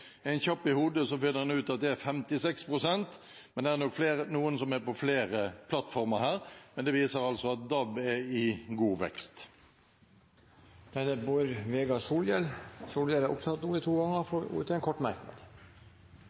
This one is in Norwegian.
en kjapp i hodet, finner en ut at det er 56 pst., men det er nok noen som er på flere plattformer her. Det viser altså at DAB er i god vekst. Bård Vegar Solhjell har også hatt ordet to ganger tidligere og får ordet til en kort merknad,